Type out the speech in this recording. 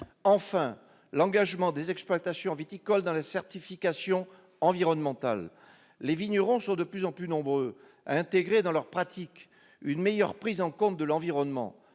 Enfin, l'engagement des exploitations viticoles dans la certification environnementale. Les vignerons sont de plus en plus nombreux à intégrer dans leurs pratiques une meilleure prise en compte de l'environnement.